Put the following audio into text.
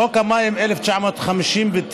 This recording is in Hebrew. בחוק המים, 1959,